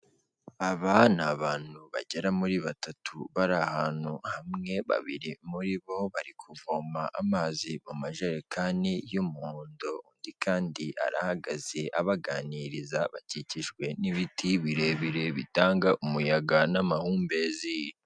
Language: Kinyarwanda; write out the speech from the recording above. Aba ni abantu bagera muri batatu bari ahantu hamwe, babiri muri bo bari kuvoma amazi mu majerekani y'umuhondo, undi kandi arahagaze abaganiriza, bakikijwe n'ibiti birebire bitanga umuyaga n'amahumbezi.